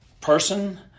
person